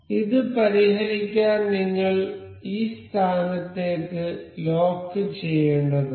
ഇത് പരിഹരിക്കാൻ നിങ്ങൾ ഈ സ്ഥാനത്തേക്ക് ലോക്ക് ചെയ്യേണ്ടതുണ്ട്